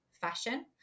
fashion